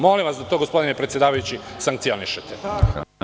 Molim vas da to gospodine predsedavajući sankcionišete.